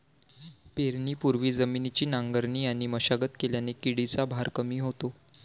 पेरणीपूर्वी जमिनीची नांगरणी आणि मशागत केल्याने किडीचा भार कमी होतो